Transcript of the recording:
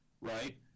right